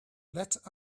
let